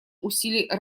усилий